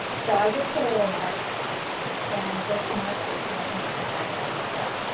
so i just put a little mark and this mark is going, i am just going to line it up with this.